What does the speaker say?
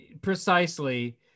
Precisely